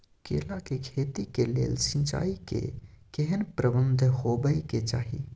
केला के खेती के लेल सिंचाई के केहेन प्रबंध होबय के चाही?